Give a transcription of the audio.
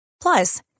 Plus